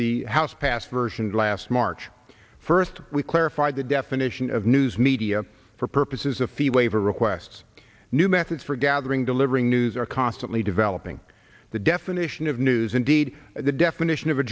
the house passed version last march first we clarified the definition of news media for purposes of fee waiver requests new methods for gathering delivering news are constantly developing the definition of news indeed the definition of a